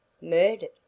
Murdered